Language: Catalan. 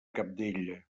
cabdella